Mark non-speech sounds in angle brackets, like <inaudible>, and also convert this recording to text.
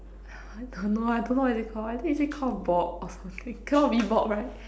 <laughs> I don't know I don't know what is it Called I think is it called Bob or something cannot be Bob right